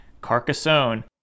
Carcassonne